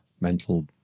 mental